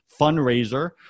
fundraiser